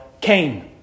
Cain